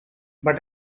but